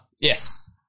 Yes